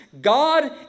God